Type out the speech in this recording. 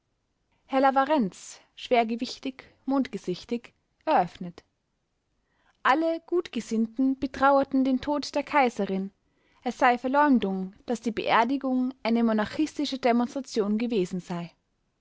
herr laverrenz schwer gewichtig mondgesichtig eröffnet alle gutgesinnten betrauerten den tod der kaiserin es sei verleumdung daß die beerdigung eine monarchistische demonstration gewesen sei